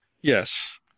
Yes